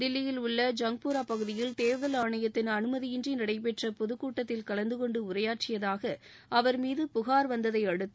தில்லியில் உள்ள ஜங்பூரா பகுதியில் தேர்தல் ஆணையத்தின் அனுமதியின்றி நடைபெற்ற பொதுக்கூட்டத்தில் கலந்து கொண்டு உரையாற்றியதாக அவர் மீது புகார் வந்ததை அடுத்து